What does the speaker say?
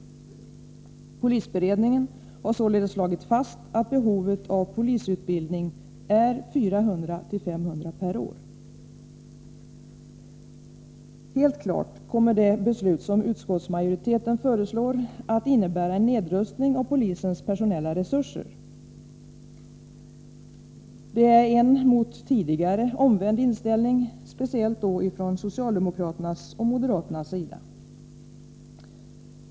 Polisberedningen har således slagit fast att behovet av polisutbildning är 400-500 elever per år. Helt klart kommer det beslut som utskottsmajoriteten föreslår att innebära en nedrustning av polisens personella resurser. Det är en jämfört med tidigare omvänd inställning, speciellt från socialdemokraternas och moderaternas sida.